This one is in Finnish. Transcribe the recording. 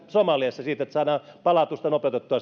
somaliassa siitä että saadaan palautusta nopeutettua